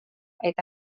eta